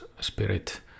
spirit